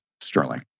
Sterling